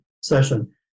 session